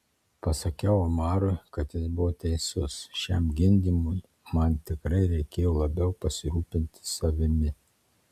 pasakiau omarui kad jis buvo teisus šiam gimdymui man tikrai reikėjo labiau pasirūpinti savimi